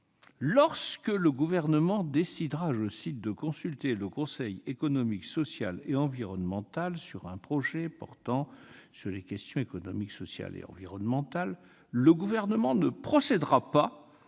Lorsque le Gouvernement décidera de consulter le Conseil économique, social et environnemental sur un projet portant sur les questions économiques, sociales et environnementales, le Gouvernement ne procédera pas